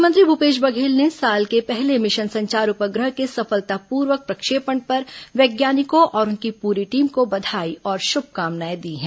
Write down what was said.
मुख्यमंत्री भूपेश बघेल ने साल के पहले मिशन संचार उपग्रह के सफलतापूर्वक प्रक्षेपण पर वैज्ञानिकों और उनकी पूरी टीम को बधाई और शुभकामनाएं दी हैं